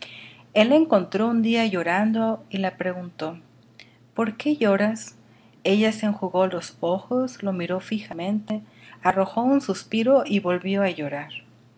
la encontró un día llorando y le preguntó por qué lloras ella se enjugó los ojos le miró fijamente arrojó un suspiro y volvió á llorar